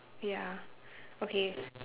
ya okay